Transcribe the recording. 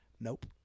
Nope